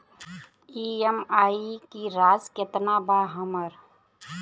EMI की राशि केतना बा हमर?